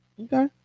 Okay